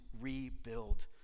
rebuild